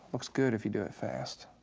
looks good if you do it fast.